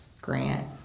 grant